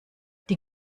die